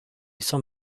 some